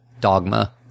dogma